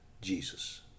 Jesus